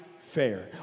fair